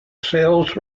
sails